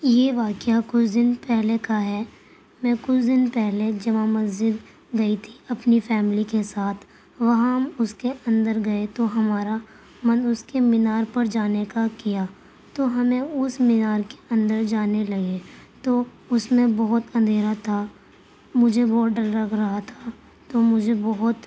یہ واقعہ کچھ دن پہلے کا ہے میں کچھ دن پہلے جامع مسجد گئی تھی اپنی فیملی کے ساتھ وہاں ہم اس کے اندر گئے تو ہمارا من اس کے مینار پر جانے کا کیا تو ہمیں اس مینار کے اندر جانے لگے تو اس میں بہت اندھیرا تھا مجھے بہت ڈر لگ رہا تھا تو مجھے بہت